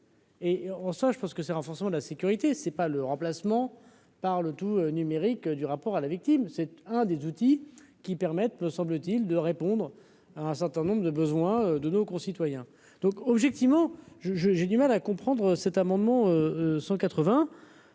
Et en ça, je pense que c'est le renforcement de la sécurité, c'est pas le remplacement par le tout numérique du rapport à la victime, c'est un des outils qui permettent, me semble-t-il, de répondre à un certain nombre de besoins de nos concitoyens donc objectivement je, je, j'ai du mal à comprendre cet amendement 180